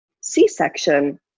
C-section